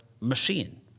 machine